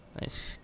Nice